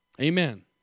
Amen